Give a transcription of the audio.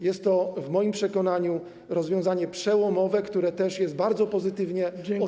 Jest to w moim przekonaniu rozwiązanie przełomowe, które też jest bardzo pozytywnie oceniane przez.